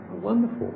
Wonderful